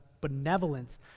benevolence